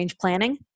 planning